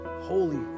holy